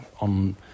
on